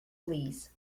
fleas